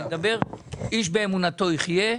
איש באמונתו יחיה.